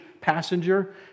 passenger